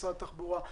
משרד התחבורה,